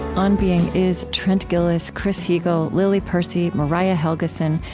on being is trent gilliss, chris heagle, lily percy, mariah helgeson,